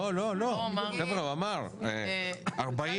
לא, חבר'ה, הוא אמר, 40,